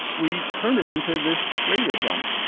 we turn it into this radio drama.